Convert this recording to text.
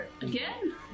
Again